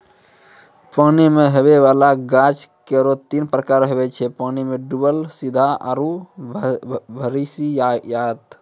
पानी मे हुवै वाला गाछ केरो तीन प्रकार हुवै छै पानी मे डुबल सीधा आरु भसिआइत